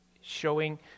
showing